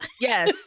yes